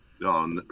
No